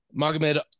Magomed